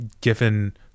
Given